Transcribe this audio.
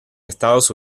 estados